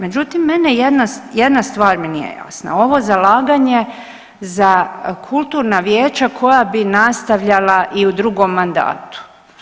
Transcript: Međutim, mene jedna, jedna stvar mi nije jasna, ovo zalaganje za kulturna vijeća koja bi nastavljala i u drugom mandatu.